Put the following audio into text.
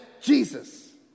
Jesus